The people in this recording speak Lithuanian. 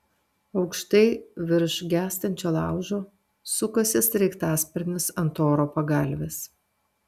aukštai virš gęstančio laužo sukasi sraigtasparnis ant oro pagalvės